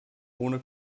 ohne